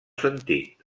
sentit